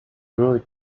buried